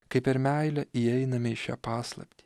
kaip ir meilę įeiname į šią paslaptį